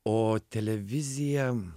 o televizija